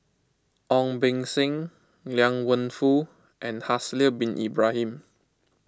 Ong Beng Seng Liang Wenfu and Haslir Bin Ibrahim